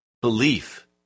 belief